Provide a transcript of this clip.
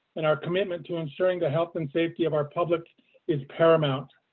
and our commitment to ensuring the health and safety of our public is paramount.